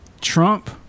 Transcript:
Trump